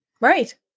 Right